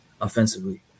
offensively